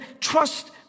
trust